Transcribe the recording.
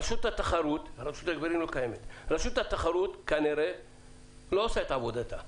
רשות התחרות רשות ההגבלים לא קיימת כנראה לא עושה את עבודתה.